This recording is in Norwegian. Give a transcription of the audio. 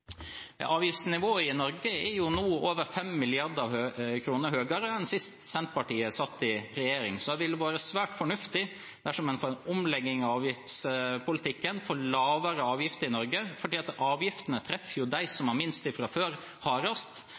Avgiftsnivået i Norge er nå over 5 mrd. kr høyere enn sist Senterpartiet satt i regjering, så det ville være svært fornuftig dersom en får en omlegging av avgiftspolitikken, får lavere avgifter i Norge, fordi avgiftene treffer dem som har minst fra før, hardest.